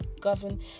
govern